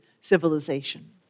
civilization